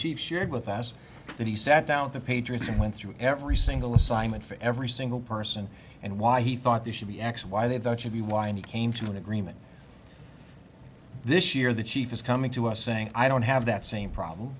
chief shared with us that he sat down with the patriots and went through every single assignment for every single person and why he thought there should be x why they thought should be whiny came to an agreement this year the chief is coming to us saying i don't have that same problem